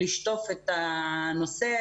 לשטוף את הנושא,